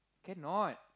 cannot